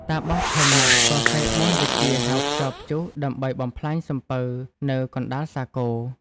តាបសខឹងណាស់ក៏សេកមន្តវិជ្ជាហៅខ្យល់ព្យុះដើម្បីបំផ្លាញសំពៅ នៅកណ្តាលសាគរ ។